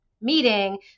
meeting